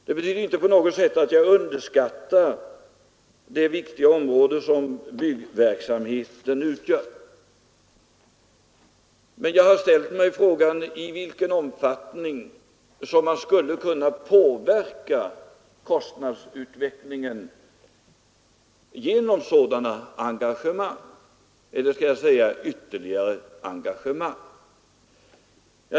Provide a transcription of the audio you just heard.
Det betyder inte på något sätt att jag underskattar det viktiga område som byggverksamheten utgör. Men jag har ställt mig frågan i vilken omfattning som man skulle kunna påverka kostnadsutvecklingen genom sådana engagemang — eller kanske jag skall säga ytterligare engagemang.